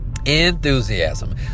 enthusiasm